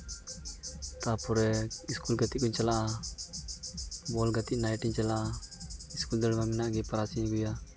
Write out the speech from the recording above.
ᱛᱟᱯᱚᱨᱮ ᱤᱥᱠᱩᱞ ᱜᱟᱛᱮᱜ ᱠᱩᱧ ᱪᱟᱞᱟᱜᱼᱟ ᱵᱚᱞ ᱜᱟᱛᱮ ᱱᱟᱭᱤᱴᱤᱧ ᱪᱟᱞᱟᱜᱼᱟ ᱤᱥᱠᱩᱞ ᱫᱟᱹᱲ ᱢᱟ ᱢᱮᱱᱟᱜ ᱜᱮ ᱯᱟᱥᱤᱧ ᱟᱹᱜᱩᱭᱟ